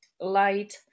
light